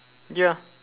ya